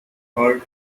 heard